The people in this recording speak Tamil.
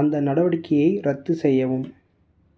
அந்த நடவடிக்கையை ரத்து செய்யவும்